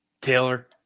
Taylor